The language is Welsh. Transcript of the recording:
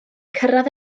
cyrraedd